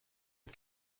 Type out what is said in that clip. und